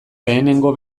lehenengo